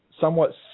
somewhat